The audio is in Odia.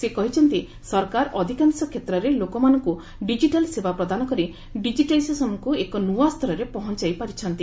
ସେ କହିଛନ୍ତି ସରକାର ଅଧିକାଂଶ କ୍ଷେତ୍ରରେ ଲୋକମାନଙ୍କୁ ଡିକିଟାଲ୍ ସେବା ପ୍ରଦାନ କରି ଡିଜିଟାଇଜେସନକୁ ଏକ ନୂଆ ସ୍ତରରେ ପହଞ୍ଚାଇ ପାରିଛନ୍ତି